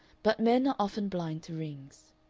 but men are often blind to rings.